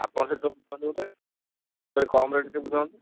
ଆପଣ ସେଠି ମୁଁ କହିଲି କମ୍ ରେଟ୍ରେ ଟିକେ ବୁଝନ୍ତୁ